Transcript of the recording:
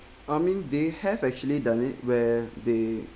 I mean they have actually done it where they